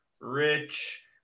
Rich